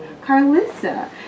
Carlissa